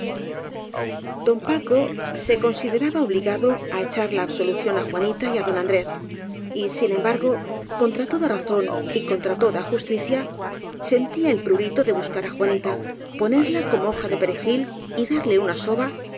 don paco se consideraba obligado á echar la ab solución á juanita y á don andrés y sin embargo contra toda razón y contra toda justicia sentía el prurito de buscar á juanita ponerla como hoja de perejil y darle una soba